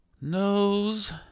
Nose